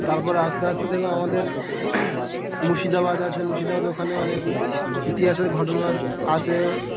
তারপর আস্তে আস্তে দেখুন আমাদের মুর্শিদাবাদ আছে মুর্শিদাবাদ ওখানে অনেক ইতিহাসের ঘটনা আছে